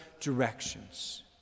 directions